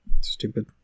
Stupid